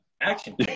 action